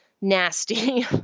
nasty